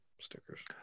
stickers